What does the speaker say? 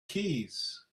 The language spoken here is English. keys